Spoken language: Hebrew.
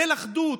ליל אחדות,